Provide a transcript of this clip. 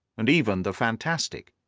and even the fantastic.